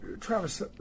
Travis